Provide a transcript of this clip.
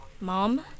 Mom